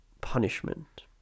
punishment